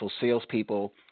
salespeople